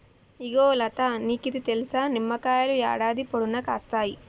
ఇగో లతా నీకిది తెలుసా, నిమ్మకాయలు యాడాది పొడుగునా కాస్తాయి